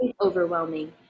overwhelming